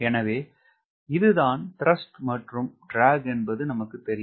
எனவே இது தான் த்ரஸ்ட் மற்றும் ட்ராக் என்பது நமக்கு தெரியும்